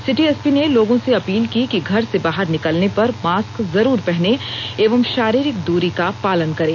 city SP ने लोगों से अपील की कि घर से बाहर निकलने पर मास्क जरूर पहने एवं शारीरिक दूरी का पालन करें